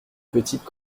petites